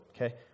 Okay